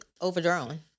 overdrawn